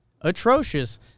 Atrocious